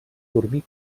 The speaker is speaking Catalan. dormir